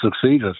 succeeded